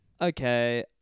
okay